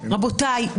רבותיי.